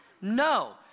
No